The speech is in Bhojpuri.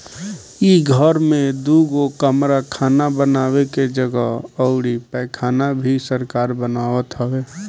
इ घर में दुगो कमरा खाना बानवे के जगह अउरी पैखाना भी सरकार बनवावत हवे